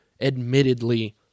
Admittedly